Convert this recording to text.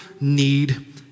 need